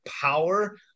power